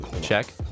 Check